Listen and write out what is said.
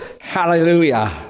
Hallelujah